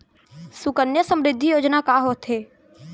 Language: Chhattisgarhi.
सुकन्या समृद्धि योजना का होथे